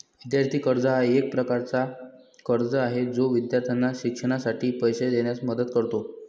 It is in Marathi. विद्यार्थी कर्ज हा एक प्रकारचा कर्ज आहे जो विद्यार्थ्यांना शिक्षणासाठी पैसे देण्यास मदत करतो